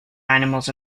animals